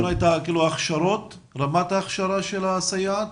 רמת ההכשרה של הסייעת